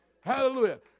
Hallelujah